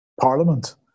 parliament